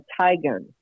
tiger